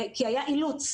כי היה אילוץ.